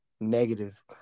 negative